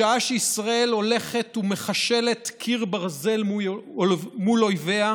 בשעה שישראל הולכת ומחשלת קיר ברזל מול אויביה,